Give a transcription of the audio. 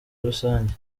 rusange